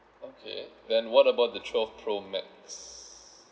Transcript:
okay then what about the twelve pro max